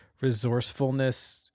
resourcefulness